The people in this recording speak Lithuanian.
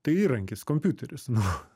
tai įrankis kompiuteris nu